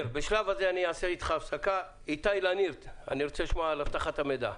אני רוצה לשמוע מאיתי לניר על אבטחת המידע.